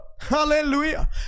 hallelujah